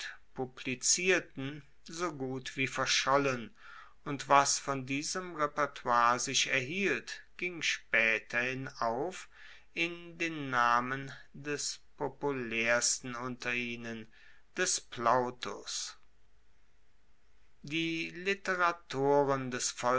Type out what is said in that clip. publizierten so gut wie verschollen und was von diesem repertoire sich erhielt ging spaeterhin auf den namen des populaersten unter ihnen des plautus die literatoren des